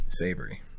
Savory